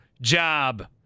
job